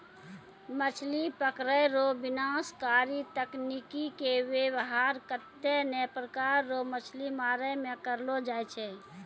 मछली पकड़ै रो विनाशकारी तकनीकी के वेवहार कत्ते ने प्रकार रो मछली मारै मे करलो जाय छै